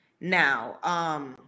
Now